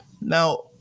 Now